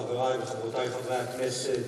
חברי וחברותי חברי הכנסת,